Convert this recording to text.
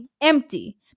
empty